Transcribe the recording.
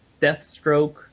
Deathstroke